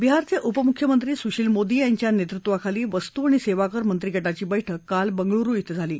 विहारचे उपमुख्यमंत्री सुशील मोदी यांच्या नेतृत्वाखाली वस्तू आणि सेवाकर मंत्रीगटाची बैठक काल बंगळुरु इथं झाली